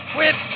Quit